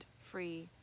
free